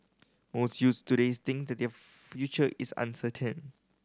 most youths today think that their future is uncertain